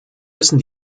wissen